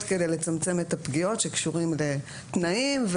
כדי לצמצם את הפגיעות שקשורים לתנאים,